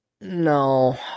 no